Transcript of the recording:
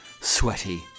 sweaty